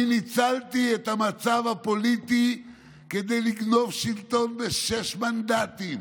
אני ניצלתי את המצב הפוליטי כדי לגנוב שלטון בשישה מנדטים.